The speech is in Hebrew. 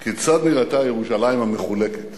כיצד נראתה ירושלים המחולקת.